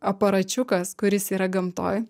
aparačiukas kuris yra gamtoj